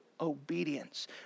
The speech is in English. obedience